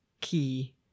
key